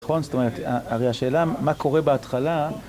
זאת אומרת, הרי השאלה, מה קורה בהתחלה?